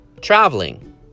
traveling